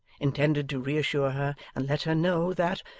intended to reassure her and let her know, that,